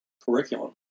curriculum